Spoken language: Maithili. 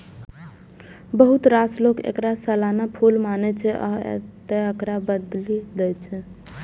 बहुत रास लोक एकरा सालाना फूल मानै छै, आ तें एकरा बदलि दै छै